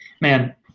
Man